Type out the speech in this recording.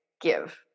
give